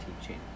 teaching